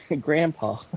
grandpa